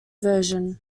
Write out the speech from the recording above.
version